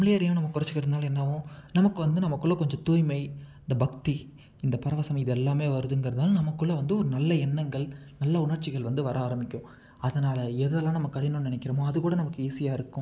நம்மளே அறியாம நாம குறச்சிக்கிறதுனால என்னாவும் நமக்கு வந்து நமக்குள்ள கொஞ்சம் தூய்மை இந்த பக்தி இந்த பரவசம் இது எல்லாமே வருதுங்கிறதுனால நமக்குள்ளே வந்து ஒரு நல்ல எண்ணங்கள் நல்ல உணர்ச்சிகள் வந்து வர ஆரம்பிக்கும் அதனால் எதெல்லாம் நம்ம கடினன்னு நினக்கிறோமோ அது கூட நமக்கு ஈஸியாயிருக்கும்